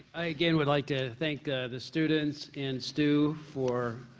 again, we'd like to thank the students and stu for